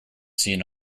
seen